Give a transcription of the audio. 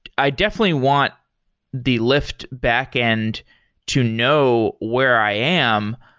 i definitely want the lyft backend to know where i am,